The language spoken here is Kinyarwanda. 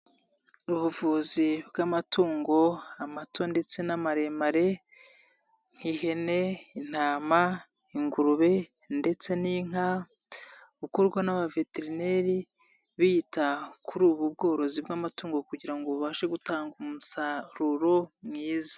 Ubuvuzi bw'amatungo amato ndetse n'amaremare: nk'ihene, intama, ingurube ndetse n'inka. Bukorwa n'abaveterineri bita kuri ubu bworozi bw'amatungo kugira ngo bubashe gutanga umusaruro mwiza.